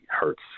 hurts